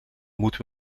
moeten